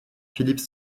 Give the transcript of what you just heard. philippe